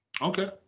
Okay